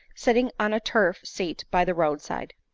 sitting on a turf seat by the road side.